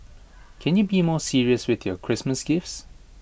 can you be more serious with your Christmas gifts